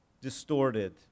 distorted